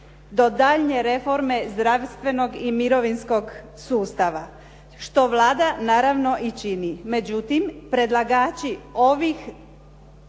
do daljnje reforme zdravstvenog i mirovinskog sustava, što Vlada naravno i čini. Međutim, predlagači ovih